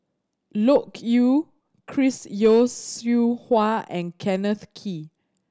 Loke Yew Chris Yeo Siew Hua and Kenneth Kee